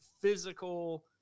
physical